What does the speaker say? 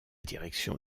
direction